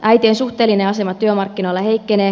äitien suhteellinen asema työmarkkinoilla heikkenee